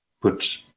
put